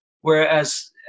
Whereas